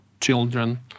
children